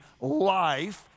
life